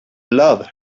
love